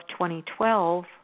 2012